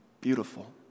beautiful